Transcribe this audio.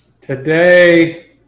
Today